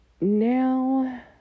now